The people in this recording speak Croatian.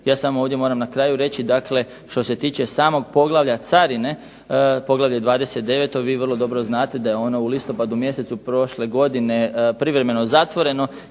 Ja samo ovdje moram na kraju reći što se tiče samog poglavlja carine, poglavlja 29., vi vrlo dobro znate da je ono u listopadu mjesecu prošle godine privremeno zatvoreno